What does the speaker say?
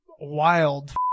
wild